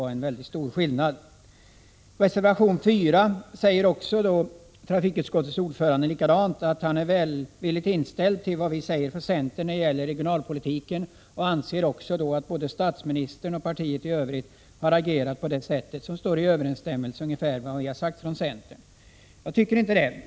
Vad beträffar vår reservation 4 säger trafikutskottets ordförande att han är välvilligt inställd till vad centern anför när det gäller regionalpolitiken. Han anser att både statsministern och partiet i övrigt har agerat på ett sätt som ungefär står i överensstämmelse med det vi anfört. Jag tycker inte det.